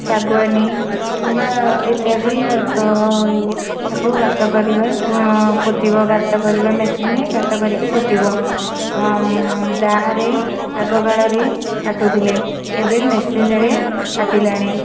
ଶାଗୁଆନ କିମ୍ବା ଇତ୍ୟାଦି ଗଛ ହେଉ ତାକୁ ଗାତ କରିବା ପୋତିବ ଗାତ କରିକି ମେସିନ୍ ଗାତ କରିକି ପୋତିବ ଦାଆ ରେ ଆଗ କାଳରେ କାଟୁଥିଲେ ଏବେ ମେସିନ୍ ରେ କାଟିଲେଣି